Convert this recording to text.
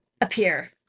appear